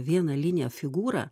vieną liniją figūrą